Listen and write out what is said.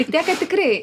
tik tiek kad tikrai